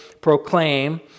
proclaim